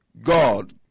God